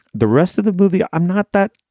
the rest of the movie, i'm not that.